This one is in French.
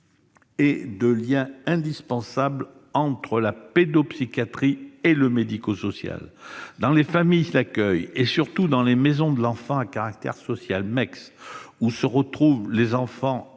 et de liens, pourtant indispensables, entre la pédopsychiatrie et le médico-social. Dans les familles d'accueil et surtout dans les maisons d'enfants à caractère social (MECS), où se retrouvent les enfants après